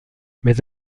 mais